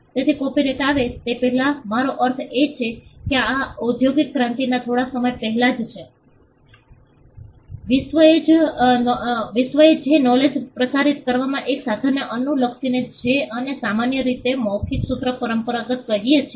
તેથી કોપિરાઇટઆવે તે પહેલાં મારો અર્થ એ છે કે આ ઓદ્યોગિક ક્રાંતિના થોડા સમય પહેલાંની જ છે વિશ્વએ જે નોલેજ પ્રસારિત કરવાના એક સાધનને અનુસર્યું જેને આપણે સામાન્ય રીતે મૌખિક સૂત્ર પરંપરા કહીએ છીએ